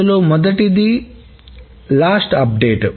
అందులో మొదటిది చివరి నవీకరణ